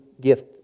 gift